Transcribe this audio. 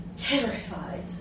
terrified